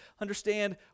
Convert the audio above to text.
understand